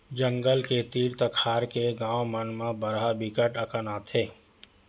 जंगल के तीर तखार के गाँव मन म बरहा बिकट अकन आथे